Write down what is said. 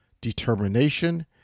determination